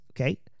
Okay